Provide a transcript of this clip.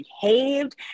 behaved